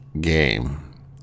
game